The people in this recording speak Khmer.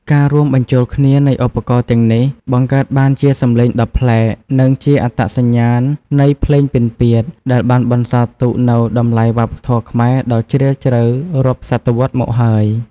ការរួមបញ្ចូលគ្នានៃឧបករណ៍ទាំងនេះ បង្កើតបានជាសម្លេងដ៏ប្លែក និងជាអត្តសញ្ញាណនៃភ្លេងពិណពាទ្យ ដែលបានបន្សល់ទុកនូវតម្លៃវប្បធម៌ខ្មែររដ៏ជ្រាលជ្រៅរាប់សតវត្សរ៍មកហើយ។